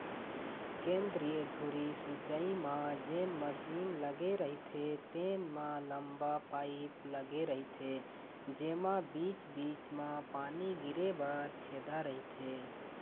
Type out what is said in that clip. केंद्रीय धुरी सिंचई म जेन मसीन लगे रहिथे तेन म लंबा पाईप लगे रहिथे जेमा बीच बीच म पानी गिरे बर छेदा रहिथे